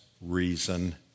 reason